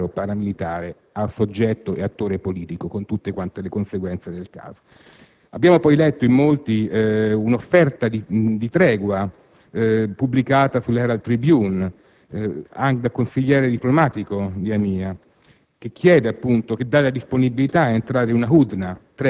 auspichiamo per Hezbollah, cioè la trasformazione da forza militare o paramilitare in soggetto e attore politico, con tutte quante le conseguenze del caso. Abbiamo poi letto in molti un'offerta di tregua, pubblicata sull'«Herald Tribune» dal consigliere diplomatico di